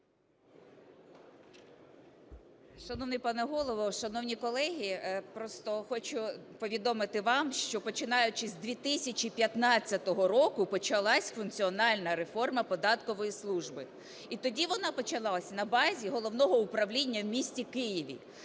Шановний пане Голово, шановні колеги! Просто хочу повідомити вам, що починаючи з 2015 року почалась функціональна реформа податкової служби. І тоді вона почалась на базі головного управління в місті Києві.